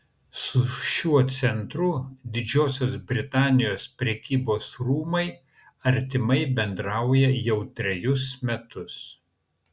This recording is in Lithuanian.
su šiuo centru didžiosios britanijos prekybos rūmai artimai bendrauja jau trejus metus